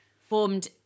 Formed